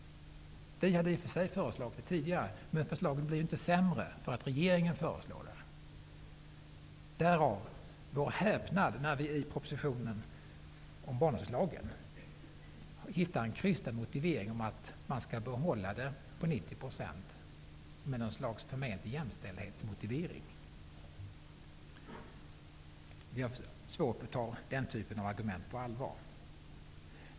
Vi hade i och för sig föreslagit det tidigare, men förslaget blir ju inte sämre för att regeringen lägger fram det. Därför blev vi så häpna när vi i propositionen om barnomsorgslagen hittar en krystad motivering om att man skall behålla den på 90 % av något förment jämställdhetsskäl. Vi har svårt att ta den typen av argument på allvar.